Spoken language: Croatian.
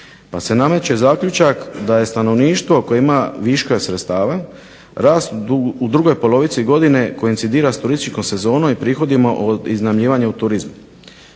Pa se nameće zaključak da je stanovništvo koje ima viška sredstva rast u drugoj polovici godine koincidira sa turističkom sezonom i prihodima iznajmljivanja o turizmu.